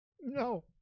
No